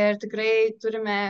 ir tikrai turime